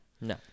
No